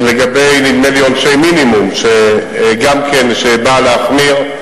לגבי, נדמה לי, עונשי מינימום, שגם באה להחמיר.